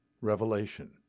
Revelation